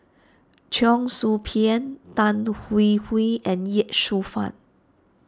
Cheong Soo Pieng Tan Hwee Hwee and Ye Shufang